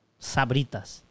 Sabritas